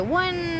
one